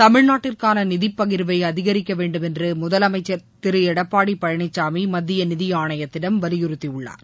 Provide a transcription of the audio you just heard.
தமிழ்நாட்டிற்காள நிதிப் பகிர்வை அதிகரிக்கவேண்டும் என்று முதலமைச்சர் திரு எடப்பாடி பழனிளமி மத்திய நிதி ஆணையத்திடம் வலியுறுத்தியுள்ளார்